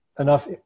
enough